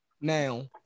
now